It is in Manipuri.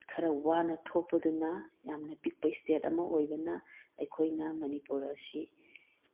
ꯈꯔ ꯋꯥꯅ ꯊꯣꯛꯄꯗꯨꯅ ꯌꯥꯝꯅ ꯄꯤꯛꯄ ꯏꯁꯇꯦꯠ ꯑꯃ ꯑꯣꯏꯕꯅ ꯑꯩꯈꯣꯏꯅ ꯃꯅꯤꯄꯨꯔ ꯑꯁꯤ